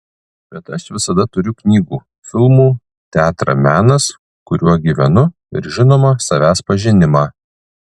bet aš visada turiu knygų filmų teatrą menas kuriuo gyvenu ir žinoma savęs pažinimą